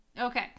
Okay